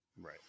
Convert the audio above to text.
Right